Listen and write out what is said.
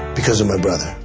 because of my brother.